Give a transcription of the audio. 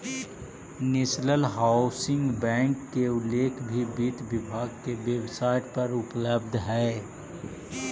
national Housing Bank के उल्लेख भी वित्त विभाग के वेबसाइट पर उपलब्ध हइ